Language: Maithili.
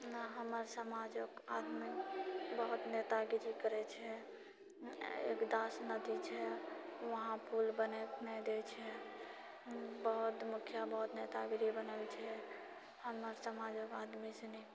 हमर समाजोके आदमी बहुत नेतागिरी करै छै नदी छै वहां पूल बनै नहि दै छै बहुत मुखिया बहुत नेतागिरी बनै छै हमर समाजके आदमी सुनी